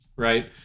Right